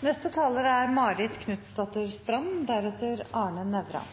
Jeg har fulgt debatten fra sidelinjen og må bare poengtere noen ting. Senterpartiet er